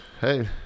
Hey